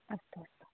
अस्तु